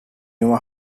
your